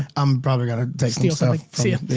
i'm probably gonna take some